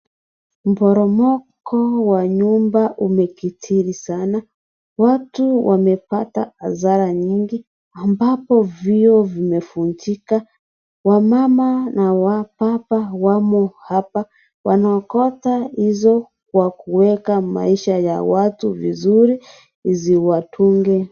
Mporomoko wa nyumba umekithiri sana. Watu wamepata hasara nyingi ambapo vioo vimevunjika. Wamama na wababa wamo hapa , wanaokota hizo kwa kuweka maisha ya watu vizuri zisiwadunge.